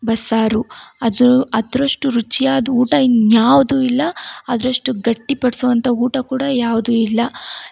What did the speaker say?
ಬಸ್ಸಾರು ಅದ್ರ ಅದರಷ್ಟು ರುಚಿಯಾದ ಊಟ ಇನ್ನು ಯಾವ್ದು ಇಲ್ಲ ಅದರಷ್ಟು ಗಟ್ಟಿಪಡ್ಸುವಂಥ ಊಟ ಕೂಡ ಯಾವುದೂ ಇಲ್ಲ